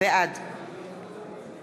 בעד